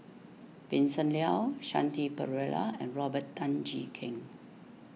Vincent Leow Shanti Pereira and Robert Tan Jee Keng